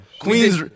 Queens